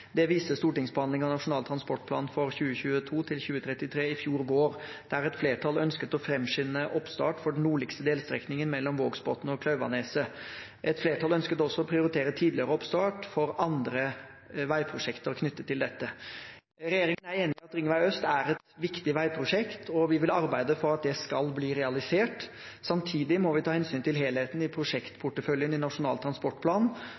Det viste stortingsbehandlingen av Nasjonal transportplan for 2022–2033 i fjor vår, der et flertall ønsket å framskynde oppstart for den nordligste delstrekningen mellom Vågsbotn og Klauvaneset. Et flertall ønsket også å prioritere tidligere oppstart for andre veiprosjekter knyttet til dette. Regjeringen er enig i at Ringvei øst er et viktig veiprosjekt, og vi vil arbeide for at det skal bli realisert. Samtidig må vi ta hensyn til helheten i prosjektporteføljen i Nasjonal transportplan,